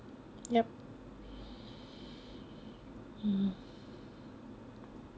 yup hmm